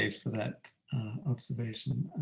ah for that observation.